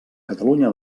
catalunya